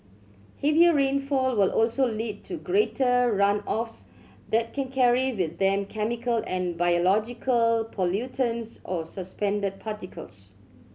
heavier rainfall will also lead to greater runoffs that can carry with them chemical and biological pollutants or suspended particles